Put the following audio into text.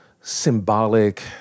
symbolic